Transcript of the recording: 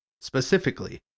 specifically